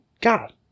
god